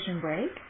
break